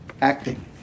Acting